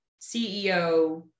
CEO